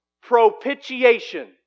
Propitiation